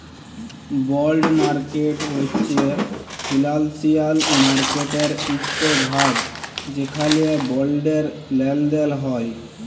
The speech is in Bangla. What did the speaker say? বল্ড মার্কেট হছে ফিলালসিয়াল মার্কেটের ইকট ভাগ যেখালে বল্ডের লেলদেল হ্যয়